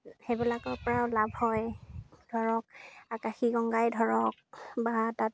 সেইবিলাকৰ পৰাও লাভ হয় ধৰক আকাশী গংগাই ধৰক বা তাত